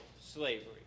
slavery